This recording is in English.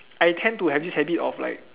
I tend to have this habit of like